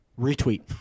Retweet